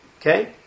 Okay